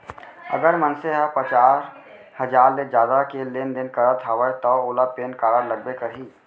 अगर मनसे ह पचार हजार ले जादा के लेन देन करत हवय तव ओला पेन कारड लगबे करही